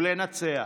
ולנצח,